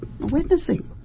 witnessing